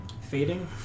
fading